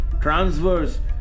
transverse